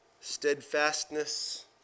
steadfastness